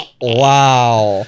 Wow